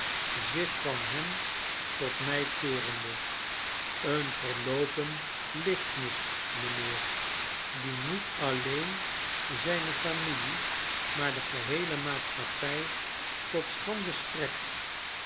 zich van hem tot mij keerende een verloopen lichtmis mijnheer die niet alleen zijne familie rnaar de geheele maatschappij tot schande strekt